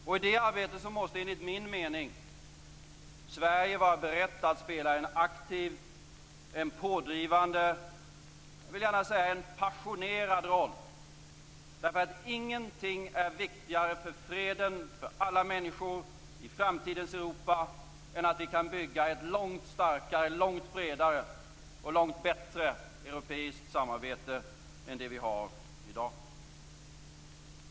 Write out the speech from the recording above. I det arbetet måste enligt min mening Sverige vara berett att spela en aktiv, en pådrivande och jag vill säga en passionerad roll. Ingenting är viktigare för freden för alla människor i framtidens Europa än att vi kan bygga ett långt starkare, långt bredare och långt bättre europeiskt samarbete än det vi har i dag.